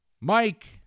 Mike